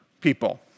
people